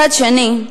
מצד שני,